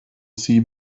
see